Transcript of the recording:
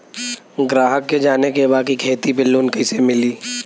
ग्राहक के जाने के बा की खेती पे लोन कैसे मीली?